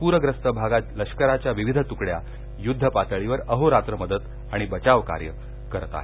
पूर्यस्त भागात लष्कराच्या विविध तुकड्या युद्ध पातळीवर अहोरात्र मदत आणि बचावकार्य करत आहेत